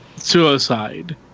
suicide